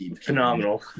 Phenomenal